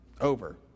over